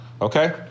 okay